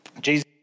Jesus